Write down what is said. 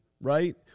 right